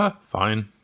Fine